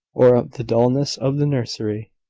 or of the dullness of the nursery.